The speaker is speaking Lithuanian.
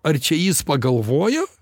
ar čia jis pagalvojo